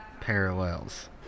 parallels